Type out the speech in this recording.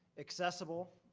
accessible,